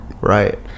Right